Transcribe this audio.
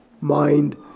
mind